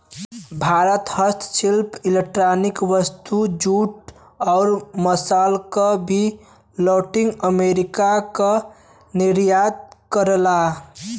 भारत हस्तशिल्प इलेक्ट्रॉनिक वस्तु, जूट, आउर मसाल क भी लैटिन अमेरिका क निर्यात करला